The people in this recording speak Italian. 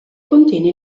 contiene